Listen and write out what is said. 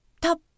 top